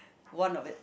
one of it